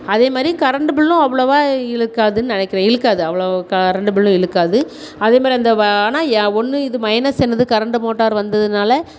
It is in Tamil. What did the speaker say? அதே மாதிரி கரண்ட்டு பில்லும் அவ்வளவா இழுக்காதுன்னு நீனைக்கிறேன் இழுக்காது அவ்வளோவுக்கா கரண்ட் பில்லு இழுக்காது அதே மாரி அந்த வ ஆனால் எ ஒன்று இது மைனஸ் என்னது கரண்டு மோட்டார் வந்ததுனால்